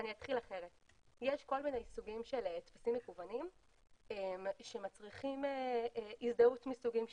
כל מיני סוגים של טפסים מקוונים שמצריכים הזדהות מסוגים שונים.